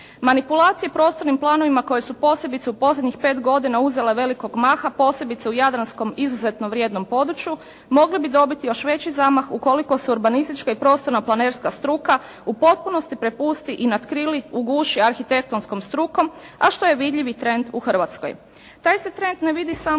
Manipulacije prostornim planovima koje su posebice u posljednjih 5 godina uzele velikog maha posebice u jadranskom izuzetno vrijednom području mogle bi dobiti još veći zamah ukoliko se urbanistička i prostorno-planerska struka u potpunosti prepusti i natkrili, uguši arhitektonskom strukom, a što je vidljivi trend u Hrvatskoj. Taj se trend ne vidi samo